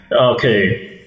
Okay